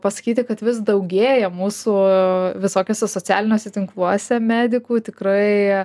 pasakyti kad vis daugėja mūsų visokiuose socialiniuose tinkluose medikų tikrai